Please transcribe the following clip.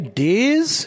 days